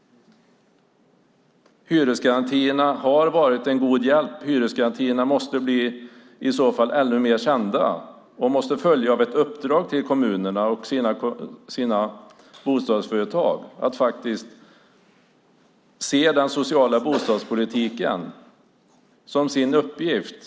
Hyresgarantierna har varit en god hjälp och måste bli ännu mer kända. Dessutom måste de följas av ett uppdrag till kommunerna och deras bostadsföretag att se den sociala bostadspolitiken som sin uppgift.